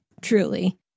Truly